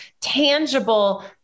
tangible